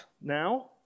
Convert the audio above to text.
now